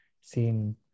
seen